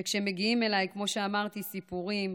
וכשמגיעים אליי, כמו שאמרתי, סיפורים